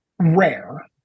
Rare